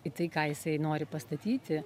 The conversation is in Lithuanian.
į tai ką jisai nori pastatyti